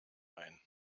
ein